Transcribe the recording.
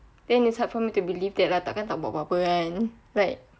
then it's hard for me to believe that lah takkan tak buat apa-apa kan but